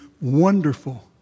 wonderful